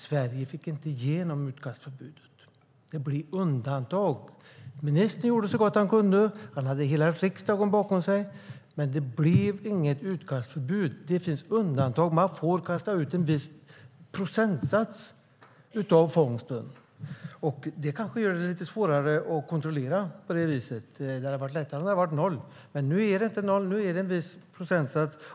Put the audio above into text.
Sverige fick inte igenom utkastförbudet. Det blev undantag. Ministern gjorde så gott han kunde. Han hade hela riksdagen bakom sig. Men det blev inget utkastförbud. Det finns undantag. Man får kasta ut en viss procentsats av fångsten. Det kanske gör det lite svårare att kontrollera. Det hade varit lättare om det hade varit noll. Men nu är det inte noll. Nu är det en viss procentsats.